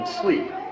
sleep